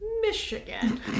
Michigan